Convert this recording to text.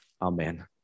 Amen